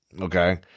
Okay